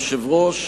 יושב-ראש,